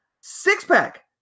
six-pack